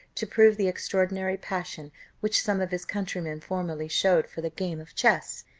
to prove the extraordinary passion which some of his countrymen formerly showed for the game of chess.